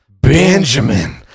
Benjamin